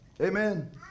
Amen